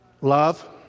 Love